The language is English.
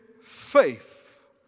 faith